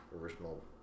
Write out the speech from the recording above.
original